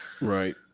Right